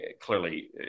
clearly